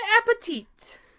appetit